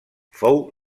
fou